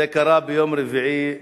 זה קרה ביום רביעי שעבר,